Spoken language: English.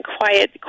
quiet